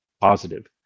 positive